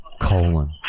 colon